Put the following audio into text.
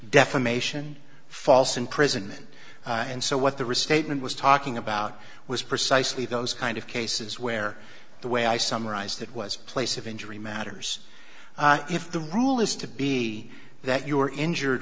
defamation false imprisonment and so what the restatement was talking about was precisely those kind of cases where the way i summarized it was a place of injury matters if the rule is to be that you were injured